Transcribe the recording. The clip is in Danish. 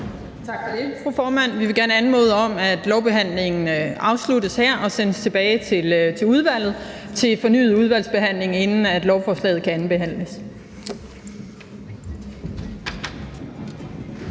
Tak for det, fru formand. Vi vil gerne anmode om, at lovbehandlingen afsluttes her og sendes tilbage til udvalget til fornyet udvalgsbehandling, inden lovforslaget kan andenbehandles.